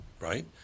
right